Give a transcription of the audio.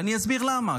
ואני אסביר למה.